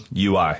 UI